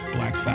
Black